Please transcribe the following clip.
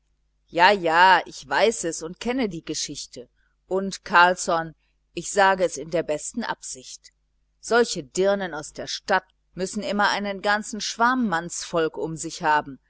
ja ja ich weiß es und kenne die geschichte und carlsson ich sage es in der besten absicht solche dirnen aus der stadt müssen immer einen ganzen schwarm mannsvolk um sich haben